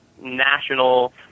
national